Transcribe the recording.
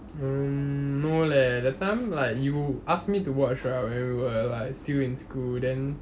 um no leh that time like you ask me to watch right when we were like still in school then